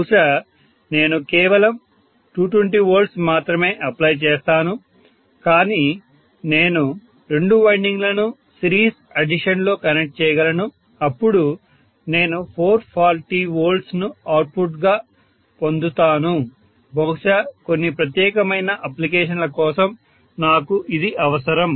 బహుశా నేను కేవలం 220 V మాత్రమే అప్లై చేస్తాను కానీ నేను రెండు వైండింగ్లను సిరీస్ అడిషన్లో కనెక్ట్ చేయగలను అప్పుడు నేను 440 V ను అవుట్పుట్గా పొందుతాను బహుశా కొన్ని ప్రత్యేకమైన అప్లికేషన్ల కోసం నాకు ఇది అవసరం